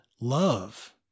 love